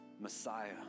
Messiah